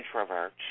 introvert